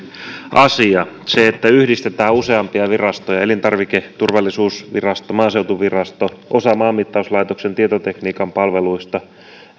asia se että yhdistetään useampia virastoja elintarviketurvallisuusvirasto maaseutuvirasto osa maanmittauslaitoksen tietotekniikan palveluista